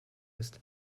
ist